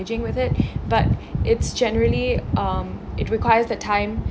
engaging with it but it's generally um it requires the time